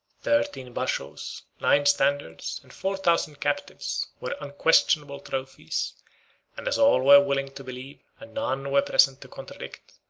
thirteen bashaws, nine standards, and four thousand captives, were unquestionable trophies and as all were willing to believe, and none were present to contradict,